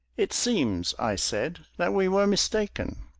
it seems, i said, that we were mistaken.